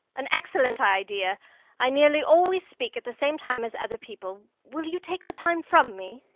an excellent idea! i nearly always speak at the same time as other people. will you take the time from me?